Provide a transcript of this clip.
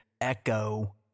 Echo